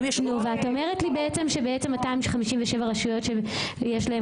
ואת אומרת לי שבעצם 257 רשויות שיש להן